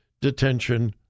Detention